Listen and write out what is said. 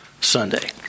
Sunday